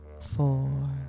four